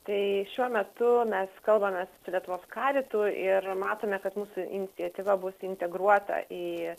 tai šiuo metu mes kalbamės su lietuvos karitu ir matome kad mūsų iniciatyva bus integruota į